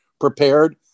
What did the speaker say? Prepared